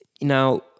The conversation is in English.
Now